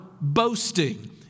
boasting